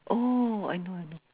oh I know I know